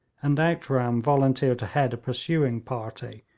and outram volunteered to head a pursuing party,